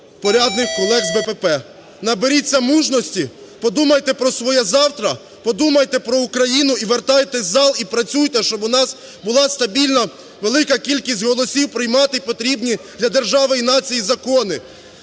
порядних колег з БПП: наберіться мужності, подумайте про своє завтра, подумайте про Україну і вертайтесь у зал і працюйте, щоб у нас була стабільна велика кількість голосів приймати потрібні для держави і нації закони